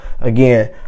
again